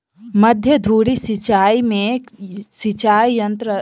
मध्य धुरी सिचाई में सिचाई यंत्र आधार प्राधार के गोल चक्कर लगबैत अछि